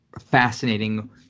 fascinating